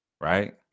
Right